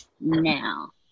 Now